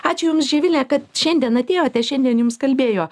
ačiū jums živile kad šiandien atėjote šiandien jums kalbėjo